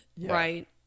right